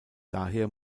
daher